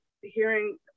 hearing